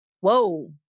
Whoa